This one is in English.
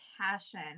passion